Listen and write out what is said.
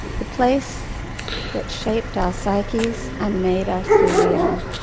the place that shaped our psyches, and made us who we are.